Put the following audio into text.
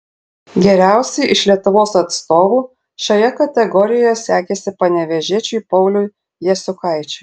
geriausiai iš lietuvos atstovų šioje kategorijoje sekėsi panevėžiečiui pauliui jasiukaičiui